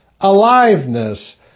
aliveness